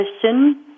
question